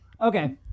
Okay